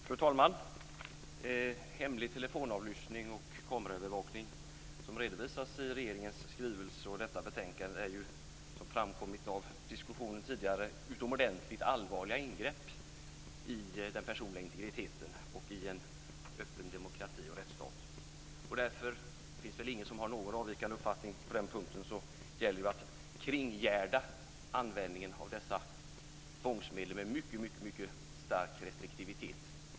Fru talman! Hemlig telefonavlyssning och kameraövervakning, som redovisas i regeringens skrivelse och detta betänkande, är, som framkommit av diskussionen tidigare, utomordentligt allvarliga ingrepp i den personliga integriteten i en öppen demokrati och rättsstat. Därför gäller det - och det finns väl ingen som har någon avvikande uppfattning på den punkten - att kringgärda användningen av dessa tvångsmedel med mycket, mycket stark restriktivitet.